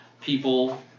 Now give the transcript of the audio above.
people